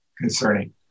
concerning